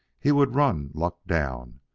he would run luck down,